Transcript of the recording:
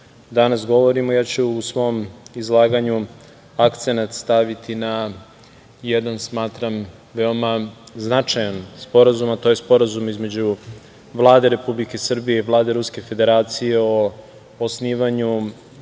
danas govorimo, ja ću u svom izlaganju akcenat staviti na jedan veoma značajan sporazum, a to je Sporazum između Vlade Republike Srbije i Vlade Ruske Federacije o osnivanju